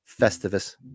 Festivus